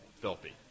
filthy